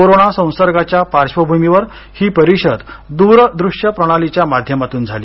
corona संसर्गाच्या पार्श्वभूमीवर ही परिषद दूर दृश्य प्रणालीच्या माध्यमातून झाली